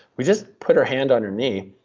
we just put her hand on her knee,